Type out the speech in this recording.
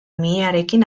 mihiarekin